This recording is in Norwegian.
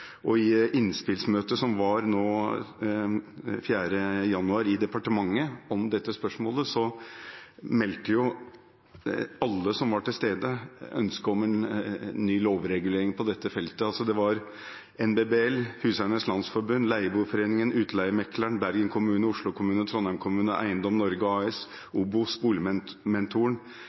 Og i innspillsmøtet som var nå den 4. januar i departementet om dette spørsmålet, meldte alle som var til stede, ønske om en ny lovregulering på dette feltet. Det var NBBL, Huseiernes Landsforbund, Leieboerforeningen, Utleiemegleren, Bergen kommune, Oslo kommune, Trondheim kommune, Eiendom Norge AS, OBOS, BoligMentoren og